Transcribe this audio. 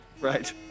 right